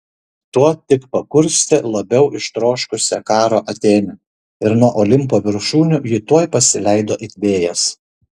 tuo tik pakurstė labiau ištroškusią karo atėnę ir nuo olimpo viršūnių ji tuoj pasileido it vėjas